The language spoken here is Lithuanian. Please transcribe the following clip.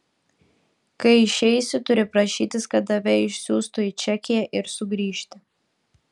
kai išeisi turi prašytis kad tave išsiųstų į čekiją ir sugrįžti